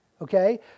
okay